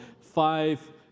five